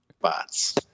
bots